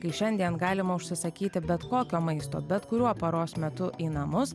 kai šiandien galima užsisakyti bet kokio maisto bet kuriuo paros metu į namus